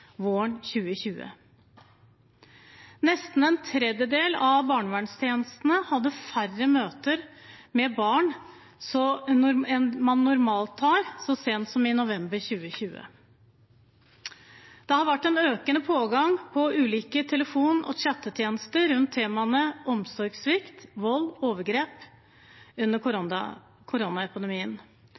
våren 2020. Nesten en tredjedel av barnevernstjenestene hadde færre møter med barn enn man normalt har, så sent som i november 2020. Det har vært en økende pågang til ulike telefon- og chattetjenester rundt temaene omsorgssvikt, vold og overgrep under